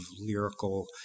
lyrical